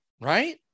Right